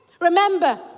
Remember